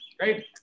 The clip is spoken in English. Right